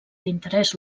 d’interès